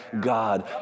God